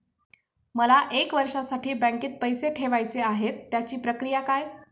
मला एक वर्षासाठी बँकेत पैसे ठेवायचे आहेत त्याची प्रक्रिया काय?